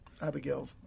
Abigail